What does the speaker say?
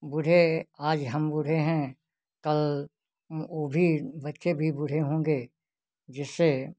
बूढ़े आज हम बूढ़े हैं कल वह भी बच्चे भी बूढ़े होंगे जिससे